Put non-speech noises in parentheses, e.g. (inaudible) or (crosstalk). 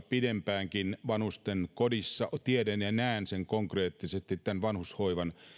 (unintelligible) pidempäänkin työharjoittelussa vanhustenkodissa tiedän ja näen konkreettisesti vanhushoivan